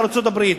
לארצות-הברית,